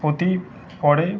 এই খেলাগুলির